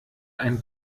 ein